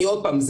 עוד פעם,